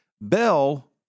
Bell